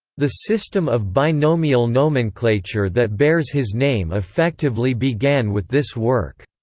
the system of binomial nomenclature that bears his name effectively began with this work.